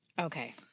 Okay